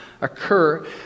occur